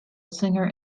singer